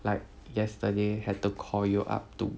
like yesterday had to call you up to